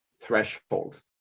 threshold